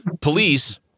Police